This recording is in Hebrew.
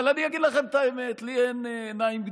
אבל אני אגיד לכם את האמת, לי אין עיניים גדולות,